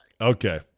Okay